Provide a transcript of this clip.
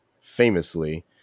famously